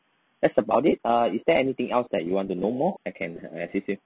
that's about it ah is there anything else that you want to know more I can assist you